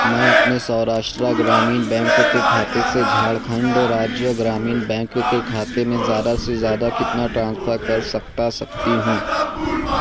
میں اپنے سوراشٹرا گرامین بینک کے کھاتے سے جھارکھنڈ راجیہ گرامین بینک کے کھاتے میں زیادہ سے زیادہ کتنا ٹرانسفر کر سکتا سکتی ہوں